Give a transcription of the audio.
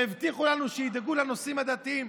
שהבטיחו לנו שידאגו לנושאים הדתיים,